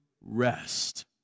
rest